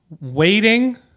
Waiting